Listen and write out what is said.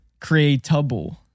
creatable